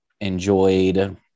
enjoyed